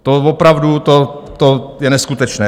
To opravdu, to je neskutečné.